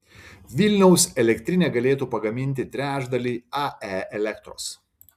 vilniaus elektrinė galėtų pagaminti trečdalį ae elektros